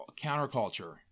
counterculture